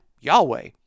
Yahweh